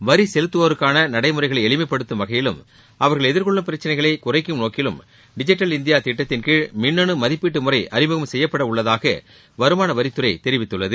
வரி செலுத்துவோருக்கான நடைமுறைகளை எளிமைப்படுத்தும் வகையிலும் அவர்கள் எதிர்கொள்ளும் பிரச்சினைகளை குறைக்கும் நோக்கிலும் டிஜிட்டல் இந்தியா திட்டத்தின்கீழ் மின்னனு மதிப்பீட்டு முறை அறிமுகம் செய்யப்பட உள்ளதாக வருமானவரித்துறை தெரிவித்துள்ளது